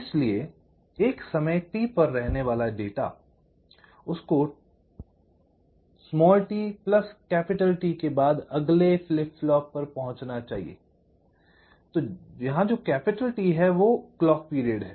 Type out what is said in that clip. इसलिए एक समय T पर रहने वाले डेटा को tT के बाद अगले फ्लिप फ्लॉप पर पहुंचना चाहिए T यहां पर क्लॉक पीरियड है